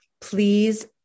please